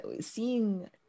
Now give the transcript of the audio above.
seeing